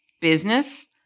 business